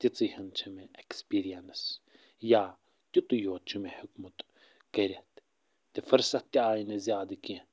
تِژٕے ہٕن چھِ مےٚ اٮ۪کٕسپیٖرینٕس یا تیُتُے یوت چھُ مےٚ ہیوٚکمُت کٔرِتھ تہِ فٔرسَت تہِ آے نہٕ زیادٕ کیٚنٛہہ